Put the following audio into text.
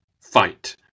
fight